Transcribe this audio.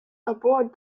aboard